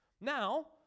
Now